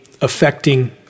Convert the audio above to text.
affecting